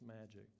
magic